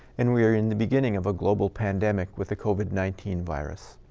and we are in the beginning of a global pandemic with the covid nineteen virus.